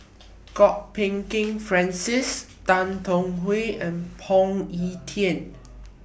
Kwok Peng Kin Francis Tan Tong Hye and Phoon Yew Tien